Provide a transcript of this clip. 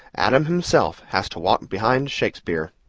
adam himself has to walk behind shakespeare.